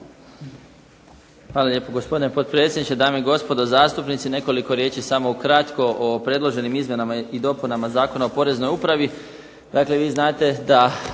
Hvala lijepo gospodine potpredsjedniče, dame i gospodo zastupnici. Nekoliko riječi samo ukratko o predloženim izmjenama i dopunama Zakona o Poreznoj upravi. Dakle vi znate da